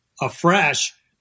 afresh